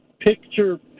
Picture